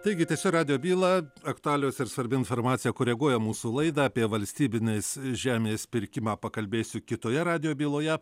taigi tęsiu radijo bylą aktualijos ir svarbi informacija koreguoja mūsų laidą apie valstybinės žemės pirkimą pakalbėsiu kitoje radijo byloje